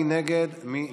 מי נגד?